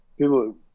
people